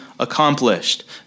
accomplished